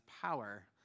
power